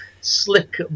slick